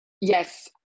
Yes